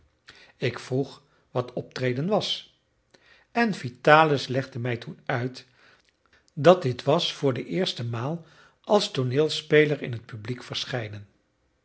ik vroeg wat optreden was en vitalis legde mij toen uit dat dit was voor de eerste maal als tooneelspeler in het publiek verschijnen